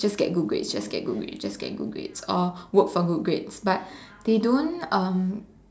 just get good grades just get good grades just get good grades or work for good grades but they don't um